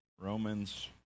Romans